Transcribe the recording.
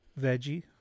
veggie